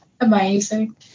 Amazing